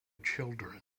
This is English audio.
children